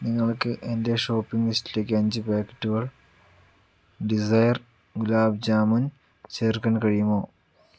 നിങ്ങൾക്ക് എന്റെ ഷോപ്പിംഗ് ലിസ്റ്റിലേക്ക് അഞ്ച് പാക്കറ്റുകൾ ഡിസയർ ഗുലാബ് ജാമുൻ ചേർക്കാൻ കഴിയുമോ